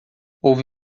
houve